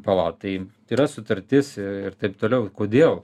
palauk tai yra sutartis ir taip toliau kodėl